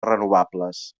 renovables